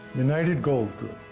united gold group,